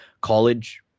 College